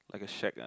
like a shack ah